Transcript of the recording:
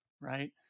right